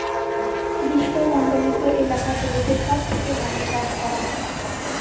গ্রীস্মমন্ডলিত এলাকা গুলাতে সব থেক্যে ভাল চাস ক্যরা হ্যয়